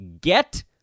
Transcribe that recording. Get